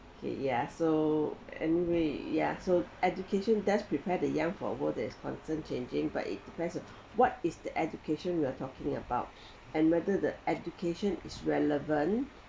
ya so anyway ya so education dos prepare the young for a world that is constant changing but it depends on what is the education we're talking about and whether the education is relevant